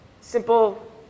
simple